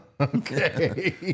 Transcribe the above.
Okay